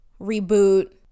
reboot